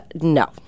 No